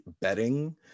betting